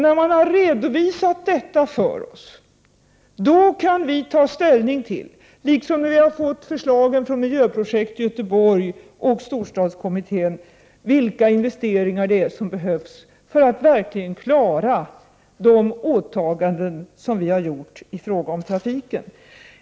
När man har redovisat detta för oss kan vi liksom när vi får förslagen från miljöprojekt Göteborg och storstadskommittén, ta ställning till vilka investeringar som behövs för att vi verkligen skall kunna klara de åtaganden som vi har gjort i fråga om trafiken.